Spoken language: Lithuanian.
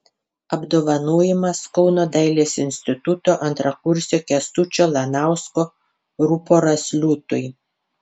apdovanojimas kauno dailės instituto antrakursio kęstučio lanausko ruporas liūtui